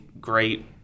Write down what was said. great